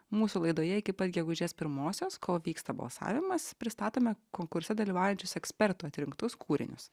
mūsų laidoje iki pat gegužės pirmosios kol vyksta balsavimas pristatome konkurse dalyvaujančius ekspertų atrinktus kūrinius